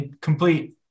complete